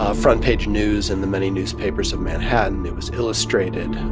ah front-page news in the many newspapers of manhattan. it was illustrated.